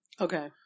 Okay